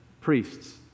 priests